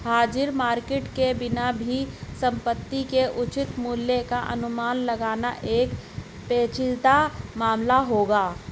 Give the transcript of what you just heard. हाजिर मार्केट के बिना भी संपत्ति के उचित मूल्य का अनुमान लगाना एक पेचीदा मामला होगा